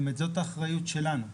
זאת האחריות שלנו,